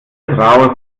raus